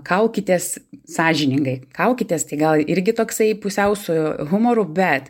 kaukitės sąžiningai kaukitės tai gal irgi toksai pusiau su humoru bet